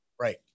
right